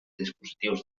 dispositius